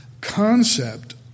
concept